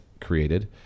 created